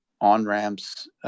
on-ramps